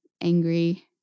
angry